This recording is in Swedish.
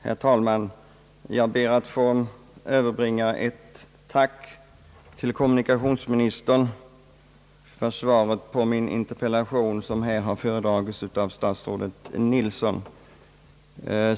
Herr talman! Jag ber att få överbringa ett tack till kommunikationsministern för svaret på min interpellation, vilket här har föredragits av statsrådet Nilsson.